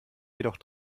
jedoch